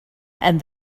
and